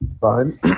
fine